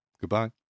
Goodbye